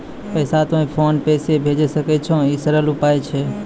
पैसा तोय PhonePe से भैजै सकै छौ? ई सरल उपाय छै?